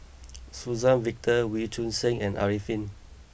Suzann Victor Wee Choon Seng and Arifin